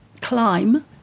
climb